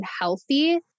healthy